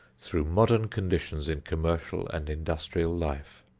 through modern conditions in commercial and industrial life.